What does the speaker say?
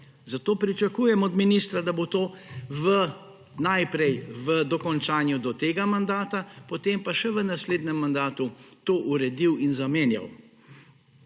Zato pričakujem od ministra, da bo to najprej v dokončanju do tega mandata, potem pa še v naslednjem mandatu uredil in zamenjal.